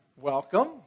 Welcome